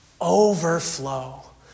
overflow